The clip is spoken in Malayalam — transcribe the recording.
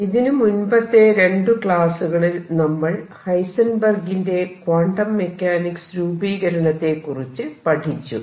ഇതിനു മുൻപത്തെ രണ്ടു ക്ലാസ്സുകളിൽ നമ്മൾ ഹൈസെൻബെർഗിന്റെ ക്വാണ്ടം മെക്കാനിക്സ് രൂപീകരണത്തെ കുറിച്ച് പഠിച്ചു